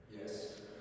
Yes